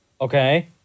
Okay